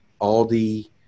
Aldi